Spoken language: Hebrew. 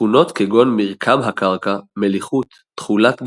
תכונות כגון מרקם הקרקע, מליחות, תכולת גיר,